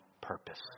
purpose